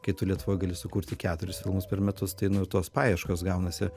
kai tu lietuvoj gali sukurti keturis filmus per metus tai nu tos paieškos gaunasi